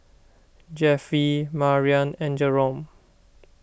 Jeffie Marian and Jerome